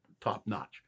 top-notch